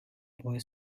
boy